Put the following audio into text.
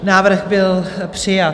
Návrh byl přijat.